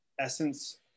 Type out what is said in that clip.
essence